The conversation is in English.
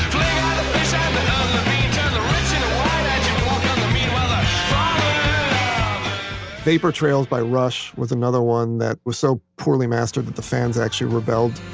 um vapor trails by rush was another one that was so poorly mastered that the fans actually rebelled